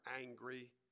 angry